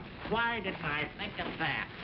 why didn't i think of that?